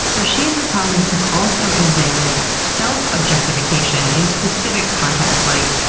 so she and her colleagues have also examined self-objectification in specific contexts like,